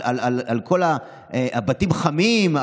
על כל הבתים החמים,